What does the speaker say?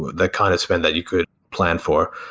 the kind of spend that you could plan for.